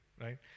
right